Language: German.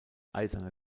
eiserne